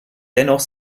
dennoch